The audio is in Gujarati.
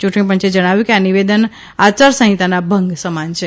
ચૂંટણીપંચે જણાવ્યું કે આ નિવેદન આચાર સંહિતાના ભંગ સમાન છે